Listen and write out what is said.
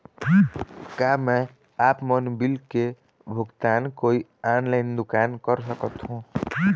का मैं आपमन बिल के भुगतान कोई ऑनलाइन दुकान कर सकथों?